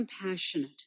compassionate